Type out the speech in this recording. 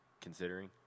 considering